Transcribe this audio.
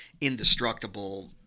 indestructible